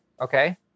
Okay